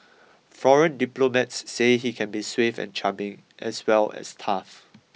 foreign diplomats say he can be suave and charming as well as tough